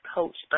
Coach